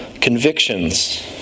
convictions